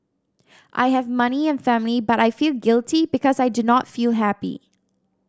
I have money and a family but I feel guilty because I do not feel happy